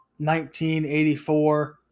1984